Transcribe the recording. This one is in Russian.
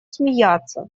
смеяться